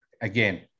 again